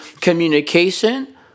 communication